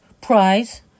price